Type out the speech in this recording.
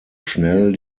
schnell